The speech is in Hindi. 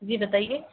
जी बताइए